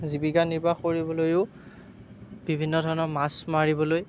জীৱিকা নিৰ্বাহ কৰিবলৈও বিভিন্ন ধৰণৰ মাছ মাৰিবলৈ